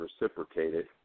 reciprocated